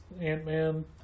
Ant-Man